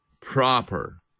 proper